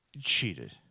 Cheated